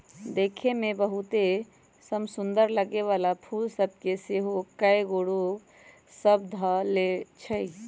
देखय में बहुते समसुन्दर लगे वला फूल सभ के सेहो कएगो रोग सभ ध लेए छइ